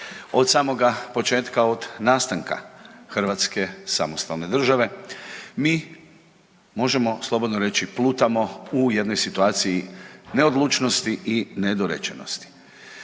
Od samoga početka od nastanke Hrvatske samostalne države mi slobodno možemo reći, plutamo u jednoj situaciji neodlučnosti i nedorečenosti.